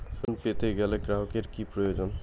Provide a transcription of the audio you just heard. Loan পেতে গেলে গ্রাহকের কি প্রয়োজন?